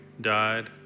died